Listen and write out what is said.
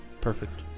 Perfect